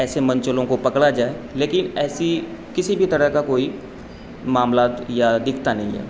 ایسے منچلوں کو پکڑا جائے لیکن ایسی کسی بھی طرح کا کوئی معاملات یا دکھتا نہیں ہے